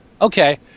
Okay